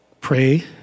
pray